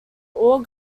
all